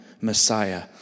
Messiah